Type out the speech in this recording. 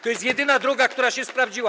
To jest jedyna droga, która się sprawdziła.